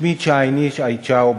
שמי צהיינש אייצאו,